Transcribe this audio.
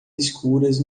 escuras